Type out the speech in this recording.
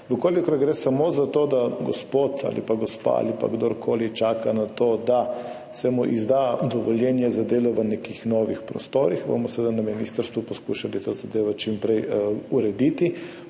gre. Če gre samo za to, da gospod ali pa gospa ali pa kdorkoli čaka na to, da se mu izda dovoljenje za delo v nekih novih prostorih, bomo seveda na ministrstvu poskušali to zadevo čim prej urediti.